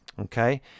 okay